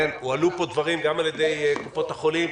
הועלו פה דברים גם על ידי קופות החולים.